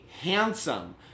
handsome